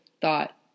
thought